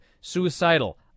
suicidal